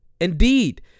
Indeed